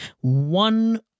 One